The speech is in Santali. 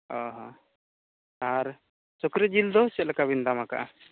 ᱚᱼᱦᱚ ᱟᱨ ᱥᱩᱠᱨᱤ ᱡᱤᱞᱫᱚ ᱪᱮᱫᱞᱮᱠᱟᱵᱤᱱ ᱫᱟᱢ ᱟᱠᱟᱫᱟ